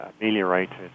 ameliorated